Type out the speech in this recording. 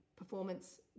performance